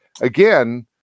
again